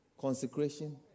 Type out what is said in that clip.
consecration